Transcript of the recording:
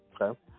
Okay